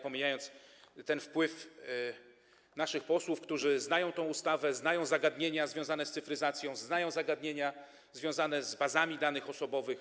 Pomijając wpływ naszych posłów, którzy znają tę ustawę, znają zagadnienia związane z cyfryzacją, znają zagadnienia związane z bazami danych osobowych.